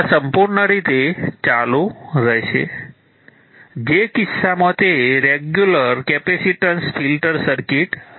આ સંપુર્ણ રીતે ચાલુ રહેશે જે કિસ્સામાં તે રેગ્યુલર કેપેસિટર ફિલ્ટર સર્કિટ હશે